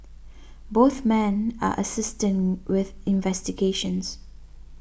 both men are assisting with investigations